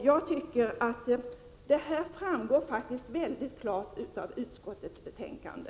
Jag tycker att detta framgår mycket klart av utskottets betänkande.